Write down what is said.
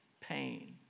pain